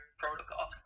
protocol